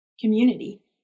Community